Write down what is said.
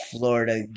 Florida